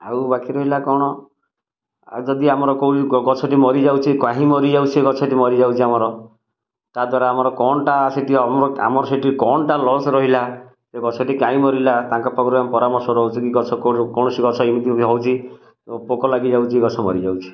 ଆଉ ବାକି ରହିଲା କ'ଣ ଯଦି ଆମର କେଉଁ ଗଛ ଟି ମରିଯାଉଛି କାହିଁ ମରିଯାଉଛି ସେଇ ଗଛ ଟି ମରିଯାଉଛି ଆମର ତା ଦ୍ଵାରା ଆମର କ'ଣ ଟା ସେଇଟି ଆମର ସେଇଠି କ'ଣ ଟା ଲସ୍ ରହିଲା ସେ ଗଛ ଟି କାହିଁ ମରିଲା ତାଙ୍କ ପାଖରୁ ଆମେ ପରାମର୍ଶ ନଉଛୁ କି ଗଛ କୌଣସି ଗଛ ଏମିତି ହେଉଛି ପୋକ ଲାଗି ଯାଉଛି ଗଛ ମରିଯାଉଛି